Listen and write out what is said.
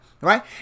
right